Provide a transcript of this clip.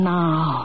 now